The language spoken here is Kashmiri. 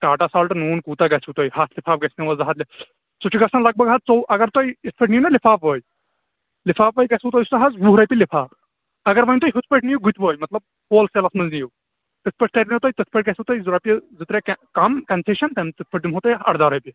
ٹاٹا سالٹ نوٗن کوٗتاہ گژھوٕ تۅہہِ ہتھ لِفاف گژھنوا زٕ ہتھ سُہ چھُ گژھان لگ بگ حظ ژوٚوُہ اگر تُہۍ یِتھٕ پٲٹھۍ نِیو نا لِفاف وٲرۍ لِفاف وٲرۍ گژھوٕ سُہ حظ وُہ رۅپیہِ لِفاف اگر وۅنۍ تُہی ہُتھٕ پٲٹھۍ نِیِو گُتۍ وٲے مطلب ہول سیٚلس منٛز نِیِو تِتھٕ پٲٹھۍ تٔرنو تۅہہِ تِتھٕ پٲٹھۍ گژھِوٕ تۅہہِ زٕ رۅپیہِ زٕ ترٛےٚ کم کنسیٚشن تِتھٕ پٲٹھۍ دِمہو تۅہہِ اَرداہ رۅپیہِ